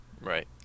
Right